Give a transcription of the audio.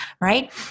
right